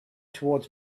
towards